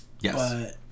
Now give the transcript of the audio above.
Yes